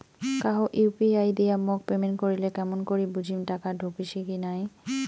কাহো ইউ.পি.আই দিয়া মোক পেমেন্ট করিলে কেমন করি বুঝিম টাকা ঢুকিসে কি নাই?